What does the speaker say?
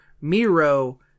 Miro